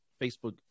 facebook